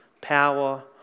power